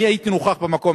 אני הייתי נוכח במקום.